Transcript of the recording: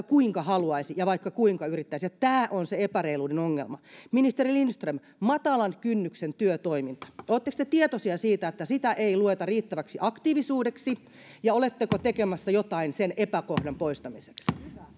kuinka haluaisi ja vaikka kuinka yrittäisi tämä on se epäreiluuden ongelma ministeri lindström matalan kynnyksen työtoiminta oletteko te tietoinen että sitä ei lueta riittäväksi aktiivisuudeksi ja oletteko tekemässä jotain sen epäkohdan poistamiseksi